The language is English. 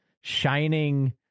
shining